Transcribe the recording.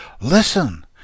Listen